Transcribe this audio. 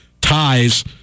ties